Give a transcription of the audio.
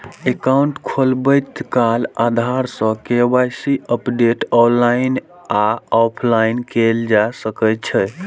account खोलबैत काल आधार सं के.वाई.सी अपडेट ऑनलाइन आ ऑफलाइन कैल जा सकै छै